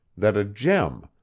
that a gem,